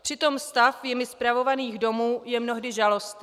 Přitom stav jimi spravovaných domů je mnohdy žalostný.